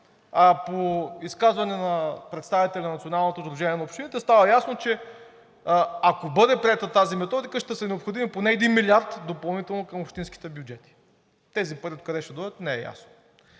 по изказване на представители на Националното сдружение на общините става ясно, че ако бъде приета тази методика, ще са необходими поне 1 милиард допълнително към общинските бюджети. Тези пари откъде ще дойдат не е ясно.